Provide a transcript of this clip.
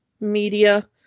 media